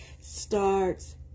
starts